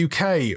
uk